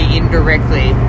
indirectly